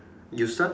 you start